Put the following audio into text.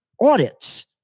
audits